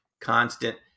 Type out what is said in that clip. constant